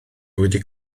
wedi